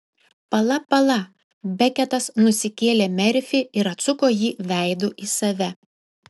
pala pala beketas nusikėlė merfį ir atsuko jį veidu į save